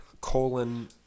colon